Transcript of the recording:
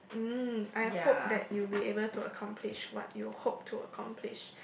mm I hope that you'd be able to accomplish what you hope to accomplish